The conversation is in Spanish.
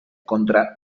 contra